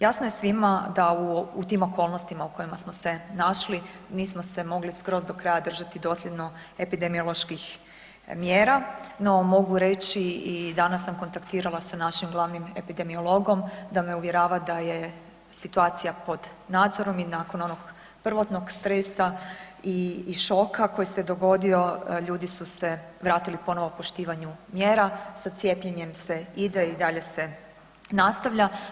Jasno je svima da u tim okolnostima u kojima smo se našli nismo se mogli skroz do kraja držati dosljedno epidemioloških mjera no mogu reći i danas sam kontaktirala sa našim glavnim epidemiologom da me uvjerava da je situacija pod nadzorom i nakon onog prvotnog stresa i šoka koji se dogodio, ljudi su se vratili ponovo poštivanju mjera, sa cijepljenjem se ide i dalje se nastavlja.